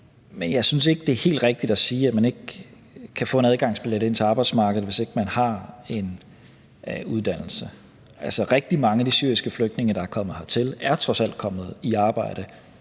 men jeg synes ikke, det er helt rigtigt at sige, at man ikke kan få en adgangsbillet ind til arbejdsmarkedet, hvis ikke man har en uddannelse. Altså, rigtig mange af de syriske flygtninge, der er kommet hertil, er trods alt kommet i arbejde